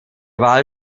wahl